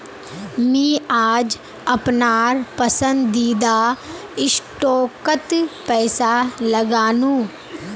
मी आज अपनार पसंदीदा स्टॉकत पैसा लगानु